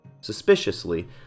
Suspiciously